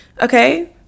okay